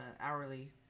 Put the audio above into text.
hourly